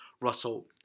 Russell